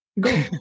Go